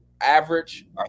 average